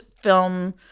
film